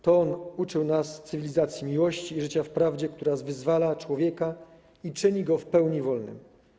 To on uczył nas cywilizacji miłości i życia w prawdzie, która wyzwala człowieka i czyni go w pełni wolnym.